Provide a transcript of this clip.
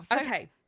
Okay